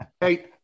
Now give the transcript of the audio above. Hey